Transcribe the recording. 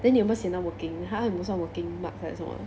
then 你有没有写那个 working 他他有没有算那个 working marks 还是什么的